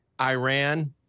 Iran